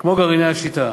כמו גרעיני השליטה.